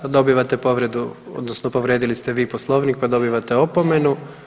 Dobivate povredu odnosno povrijedili ste vi poslovnik pa dobivate opomenu.